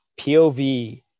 POV